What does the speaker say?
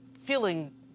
feeling